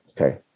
Okay